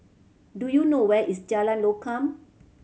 do you know where is Jalan Lokam